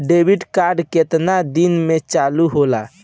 Debit card केतना दिन में चालु होला?